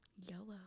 Yellow